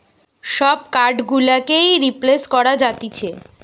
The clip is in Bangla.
সব কার্ড গুলোকেই রিপ্লেস করা যাতিছে